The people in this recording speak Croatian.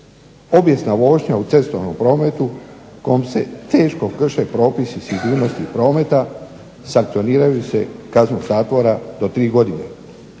Obijesna vožnja u cestovnom prometu kojom se teško krše propisi sigurnosnih prometa, sankcioniraju se kaznom zatvora do 3 godine.